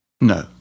No